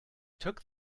took